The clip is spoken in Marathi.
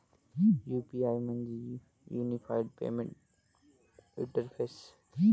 यू.पी.आय म्हणजे युनिफाइड पेमेंट इंटरफेस